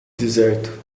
deserto